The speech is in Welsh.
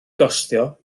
gostio